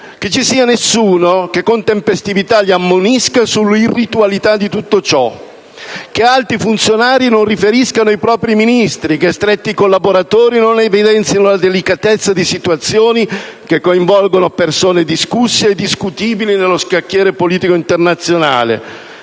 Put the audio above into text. non vi sia nessuno che con tempestività li ammonisca sull'irritualità di tutto ciò, che alti funzionari non riferiscano ai propri Ministri, che stretti collaboratori non evidenzino la delicatezza di situazioni che coinvolgono persone discusse e discutibili nello scacchiere politico internazionale,